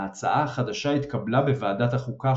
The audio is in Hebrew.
ההצעה החדשה התקבלה בועדת החוקה,